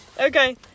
Okay